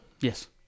Yes